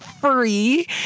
free